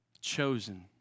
Chosen